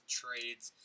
trades